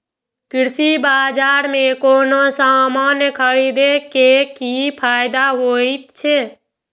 कृषि बाजार में कोनो सामान खरीदे के कि फायदा होयत छै?